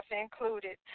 included